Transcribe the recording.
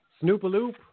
Snoop-a-loop